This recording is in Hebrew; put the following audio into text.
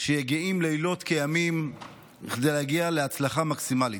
שיגעים לילות כימים כדי להגיע להצלחה מקסימלית.